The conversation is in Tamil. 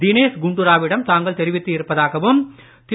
தினேஷ் குண்டுராவிடம் தாங்கள் தெரிவித்து இருப்பதாகவும் திரு